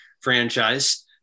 franchise